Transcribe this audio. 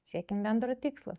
siekiam bendro tikslo